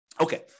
Okay